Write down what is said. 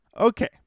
okay